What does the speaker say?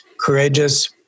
courageous